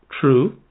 True